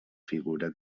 figura